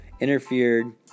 interfered